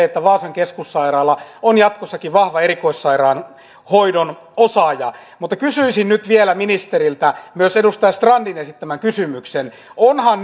että vaasan keskussairaala on jatkossakin vahva erikoissairaanhoidon osaaja mutta kysyisin nyt vielä ministeriltä myös edustaja strandin esittämän kysymyksen onhan